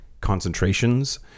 concentrations